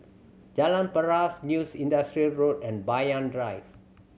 Jalan Paras New Industrial Road and Banyan Drive